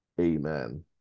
Amen